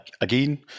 again